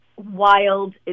wild